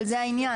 אבל זה העניין.